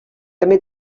també